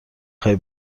خوای